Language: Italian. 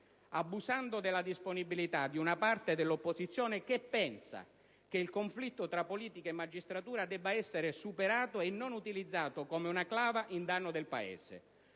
abusando della disponibilità di una parte dell'opposizione che pensa che il conflitto tra politica e magistratura debba essere superato e non utilizzato come una clava in danno del Paese.